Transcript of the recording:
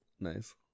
Nice